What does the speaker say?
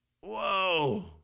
Whoa